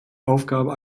aufgabe